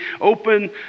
open